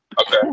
Okay